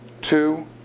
Two